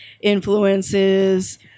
influences